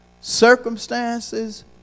circumstances